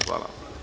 Hvala.